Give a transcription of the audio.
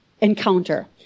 encounter